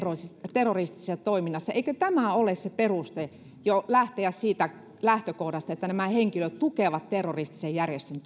terroristisessa toiminnassa ole jo se peruste lähteä siitä lähtökohdasta että nämä henkilöt tukevat terroristisen järjestön